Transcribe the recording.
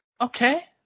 Okay